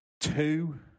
two